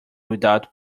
without